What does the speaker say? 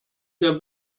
der